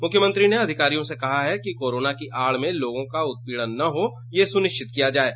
उन्होंने अधिकारियों से कहा है कि कोरोना की आड़ में लोगों का उत्पीड़न न हो यह सुनिश्चित किया जाये